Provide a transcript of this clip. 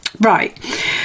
Right